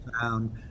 found